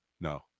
no